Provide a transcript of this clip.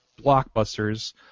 blockbusters